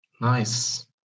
nice